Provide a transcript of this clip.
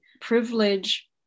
privilege